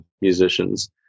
musicians